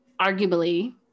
arguably